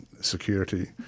security